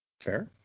fair